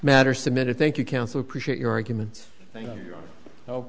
matter submitted thank you counsel appreciate your arguments